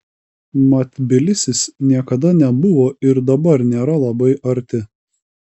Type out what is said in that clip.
mat tbilisis niekad nebuvo ir dabar nėra labai arti